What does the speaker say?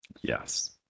Yes